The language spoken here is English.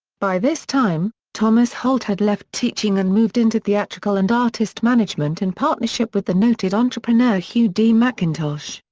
by this time, thomas holt had left teaching and moved into theatrical and artist management in partnership with the noted entrepreneur hugh d. mcintosh,